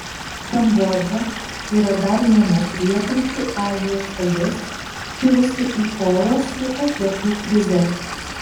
kambodža yra dar viena pietryčių azijos šalis kilusi į kovą su atliekų krize